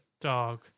dog